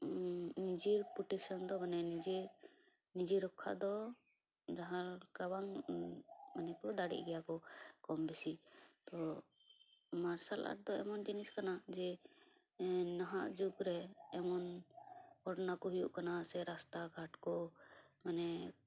ᱱᱤᱡᱮᱨ ᱯᱳᱴᱮᱠᱥᱮᱱ ᱫᱚ ᱢᱟᱱᱮ ᱱᱤᱡᱮ ᱱᱤᱡᱮ ᱨᱚᱠᱠᱷᱟᱜ ᱫᱚ ᱡᱟᱦᱟᱸ ᱞᱮᱠᱟ ᱵᱟᱝ ᱢᱟᱱᱮ ᱠᱚ ᱫᱟᱲᱤᱜ ᱜᱮᱭᱟ ᱠᱩ ᱠᱚᱢ ᱵᱤᱥᱤ ᱛᱚ ᱢᱟᱨᱥᱟᱞ ᱟᱨᱴ ᱫᱚ ᱮᱢᱚᱱ ᱡᱤᱱᱤᱥ ᱠᱟᱱᱟ ᱡᱮ ᱱᱟᱦᱟᱜ ᱡᱩᱜᱽ ᱨᱮ ᱮᱢᱚᱱ ᱜᱷᱚᱴᱚᱱᱟ ᱠᱚ ᱦᱩᱭᱩᱜ ᱠᱟᱱᱟ ᱥᱮ ᱨᱟᱥᱛᱟ ᱜᱷᱟᱴ ᱠᱚ ᱢᱟᱱᱮ